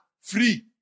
free